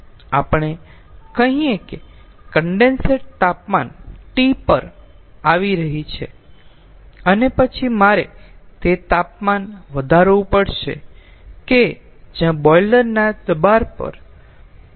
આપણે કહીયે કે કન્ડેન્સેટ તાપમાન T પર આવી રહી છે અને પછી મારે તે તાપમાન વધારવું પડશે કે જ્યાં બોઇલર ના દબાણ પર વરાળ ઉત્પન્ન થાય છે